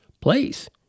place